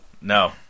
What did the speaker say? No